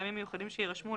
מטעמים מיוחדים שיירשמו,